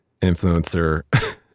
influencer